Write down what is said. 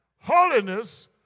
holiness